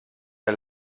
der